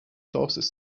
clauses